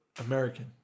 American